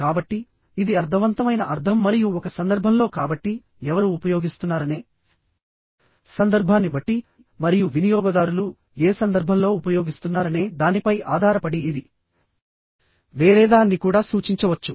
కాబట్టి ఇది అర్థవంతమైన అర్థం మరియు ఒక సందర్భంలో కాబట్టి ఎవరు ఉపయోగిస్తున్నారనే సందర్భాన్ని బట్టి మరియు వినియోగదారులు ఏ సందర్భంలో ఉపయోగిస్తున్నారనే దానిపై ఆధారపడి ఇది వేరేదాన్ని కూడా సూచించవచ్చు